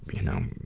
you know,